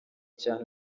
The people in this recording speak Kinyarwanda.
cyane